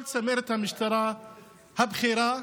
כל צמרת המשטרה הבכירה,